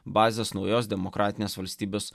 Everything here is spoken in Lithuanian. bazės naujos demokratinės valstybės